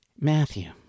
Matthew